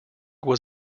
was